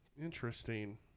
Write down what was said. Interesting